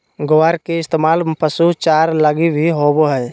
ग्वार के इस्तेमाल पशु चारा लगी भी होवो हय